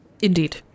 Indeed